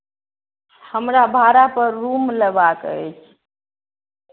हमरा भाड़ापर रूम लेबाक अछि